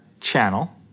channel